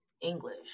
English